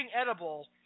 edible